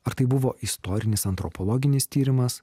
ar tai buvo istorinis antropologinis tyrimas